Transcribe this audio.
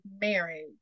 marriage